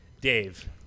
Dave